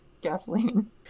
gasoline